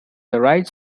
right